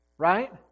Right